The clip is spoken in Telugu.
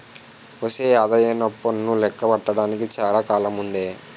ఒసే ఆదాయప్పన్ను లెక్క కట్టడానికి చాలా కాలముందే